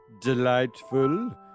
delightful